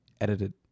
edited